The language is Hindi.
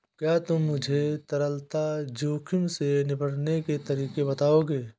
क्या तुम मुझे तरलता जोखिम से निपटने के तरीके बताओगे?